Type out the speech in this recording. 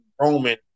Roman